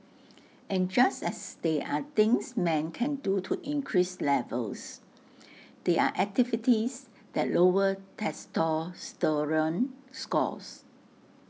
and just as there are things men can do to increase levels there are activities that lower testosterone scores